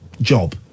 job